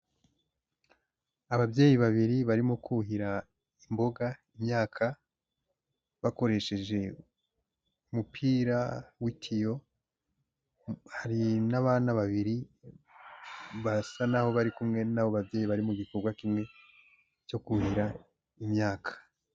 Ababyeyi babiri barimo kuhira imboga, imyaka, bakoresheje umupira w'itiyo, hari n'abana babiri basa n'aho bari kumwe n'abo babyeyi bari mu gikorwa kimwe cyo kuhira imyaka.